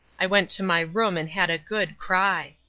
i went to my room and had a good cry.